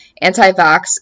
anti-vax